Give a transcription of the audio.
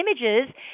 Images